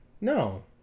no